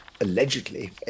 allegedly